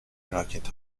براکت